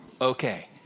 Okay